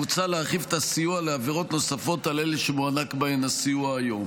מוצע להרחיב את הסיוע לעבירות נוספות על אלה שמוענק בהן סיוע היום.